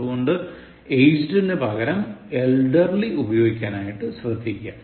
അതുകൊണ്ട് aged നു പകരം elderaly ഉപയോഗിക്കാൻ ശ്രദ്ധിക്കുക